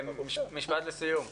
משפט לסיום.